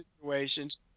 situations